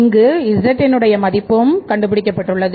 இங்கு z னுடைய மதிப்பும் கண்டுபிடிக்கப்பட்டுள்ளது